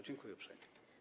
Dziękuję uprzejmie.